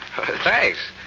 Thanks